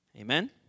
Amen